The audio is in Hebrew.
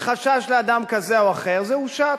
מחשש לאדם כזה או אחר, זה הושת.